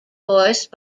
voiced